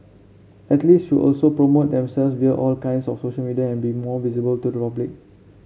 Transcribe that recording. athletes should also promote themselves via all kinds of social media and be more visible to the public